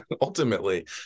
ultimately